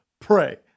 Pray